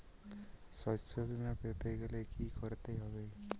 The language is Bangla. শষ্যবীমা পেতে গেলে কি করতে হবে?